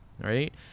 Right